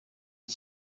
ngo